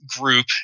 group